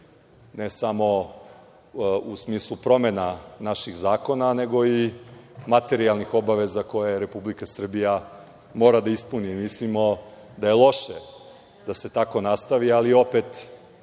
ne samo u smislu promena naših zakona, nego i materijalnih obaveza koje Republika Srbija mora da ispuni. Mislimo da je loše da se tako nastavi, ali opet